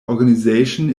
organisation